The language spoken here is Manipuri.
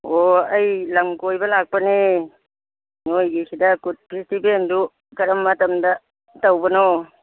ꯑꯣ ꯑꯩ ꯂꯝ ꯀꯣꯏꯕ ꯂꯥꯛꯄꯅꯦ ꯅꯣꯏꯒꯤꯁꯤꯗ ꯀꯨꯠ ꯐꯦꯁꯇꯤꯚꯦꯜꯗꯨ ꯀꯔꯝꯕ ꯃꯇꯝꯗ ꯇꯧꯕꯅꯣ